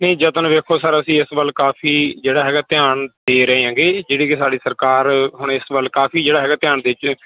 ਨਹੀਂ ਯਤਨ ਵੇਖੋ ਸਰ ਅਸੀਂ ਇਸ ਵੱਲ ਕਾਫੀ ਜਿਹੜਾ ਹੈਗਾ ਧਿਆਨ ਦੇ ਰਹੇ ਹੈਗੇ ਜਿਹੜੀ ਕਿ ਸਾਡੀ ਸਰਕਾਰ ਹੁਣ ਇਸ ਵੱਲ ਕਾਫੀ ਜਿਹੜਾ ਹੈਗਾ ਧਿਆਨ ਵਿੱਚ